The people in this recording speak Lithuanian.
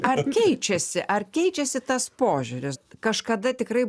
ar keičiasi ar keičiasi tas požiūris kažkada tikrai